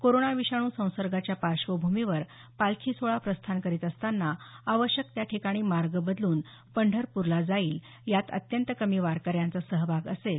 corona विषाणू संसर्गाच्या पार्श्वभूमीवर पालखी सोहळा प्रस्थान करीत असताना आवश्यक त्या ठिकाणी मार्ग बदलून पंढरपूरला जाईल यात अंत्यत कमी वारकऱ्यांचा सहभाग असेल